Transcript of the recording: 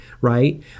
right